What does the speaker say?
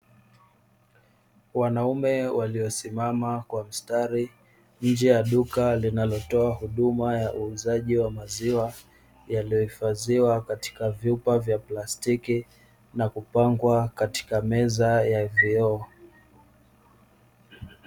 Wanaume waliosimama kwa mstari nje ya duka linalotoa huduma ya maziwa, yaliyohifadhiwa katika vyupa plastiki na kupangwa katika meza ya vioo.